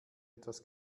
etwas